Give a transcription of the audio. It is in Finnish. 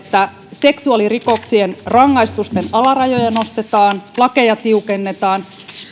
seksuaalirikoksien rangaistusten alarajoja nostetaan lakeja tiukennetaan